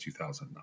2009